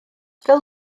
fel